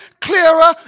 clearer